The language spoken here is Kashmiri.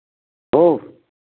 ہو